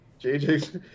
JJ's